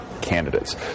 candidates